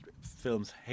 film's